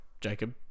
Jacob